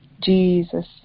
Jesus